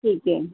ٹھیک ہے